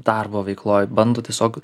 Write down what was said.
darbo veikloj bando tiesiog